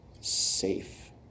safe